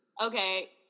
Okay